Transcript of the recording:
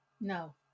No